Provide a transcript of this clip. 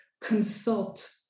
consult